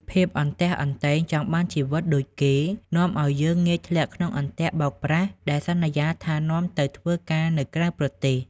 ភាពអន្ទះអន្ទែងចង់បានជីវិតដូចគេ នាំឱ្យយើងងាយធ្លាក់ក្នុងអន្ទាក់បោកប្រាស់ដែលសន្យាថានាំទៅធ្វើការនៅក្រៅប្រទេស។